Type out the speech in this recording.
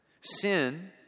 Sin